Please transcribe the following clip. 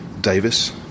Davis